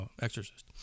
Exorcist